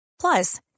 Plus